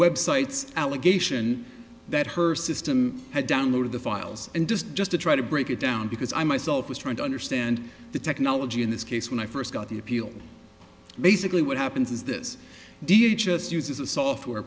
website's allegation that her system had downloaded the files and just just to try to break it down because i myself was trying to understand the technology in this case when i first got the appeal basically what happens is this do you just use a software